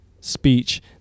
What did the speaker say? speech